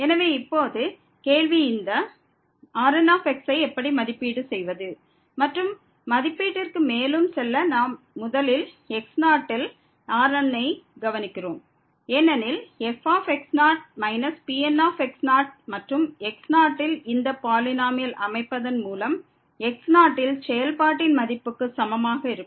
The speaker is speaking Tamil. எனவே இப்போது கேள்வி இந்த Rn ஐ எப்படி மதிப்பீடு செய்வது மற்றும் மதிப்பீட்டிற்கு மேலும் செல்ல நாம் முதலில் x0 ல் Rn ஐ கவனிக்கிறோம் ஏனெனில் fx0 Pn மற்றும் x0 ல் இந்த பாலினோமியல் அமைப்பதன் மூலம் x0 ல் செயல்பாட்டின் மதிப்புக்கு சமமாக இருக்கும்